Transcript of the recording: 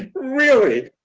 really.